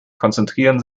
konzentrieren